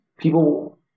people